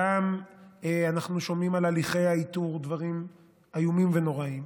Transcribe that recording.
גם אנחנו שומעים על הליכי האיתור דברים איומים ונוראים.